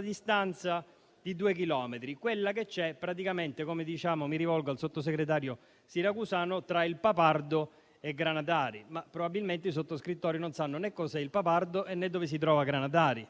distanza di soltanto 2 chilometri, quella che c'è praticamente - mi rivolgo al sottosegretario Siracusano - tra il Papardo e Granatari, ma probabilmente i sottoscrittori non sanno né cos'è il Papardo, né dove si trova Granatari.